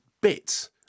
bits